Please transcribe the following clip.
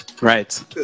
right